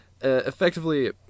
effectively